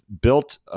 built